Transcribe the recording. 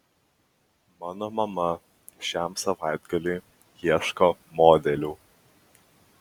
mano mama šiam savaitgaliui ieško modelių